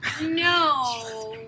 No